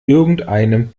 irgendeinem